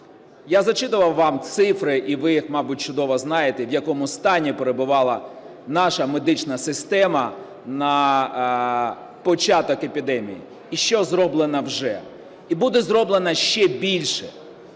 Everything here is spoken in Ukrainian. Я зачитував вам цифри і ви, мабуть, чудово знаєте, в якому стані перебувала наша медична система на початок епідемії, і що зроблено вже. І буде зроблено ще більше.